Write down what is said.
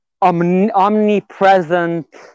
omnipresent